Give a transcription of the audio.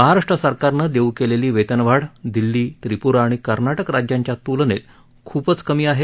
महाराष्ट्र सरकारनं देऊ केलेली वेतनवाढ दिल्ली त्रिपुरा आणि कर्नाटक राज्यांच्या तुलनेत खुपच कमी आहे